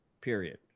period